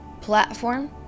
platform